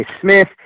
Smith